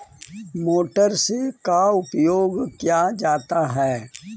Motor से का उपयोग क्या जाता है?